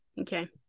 Okay